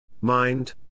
mind